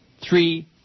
Three